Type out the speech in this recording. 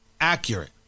accurate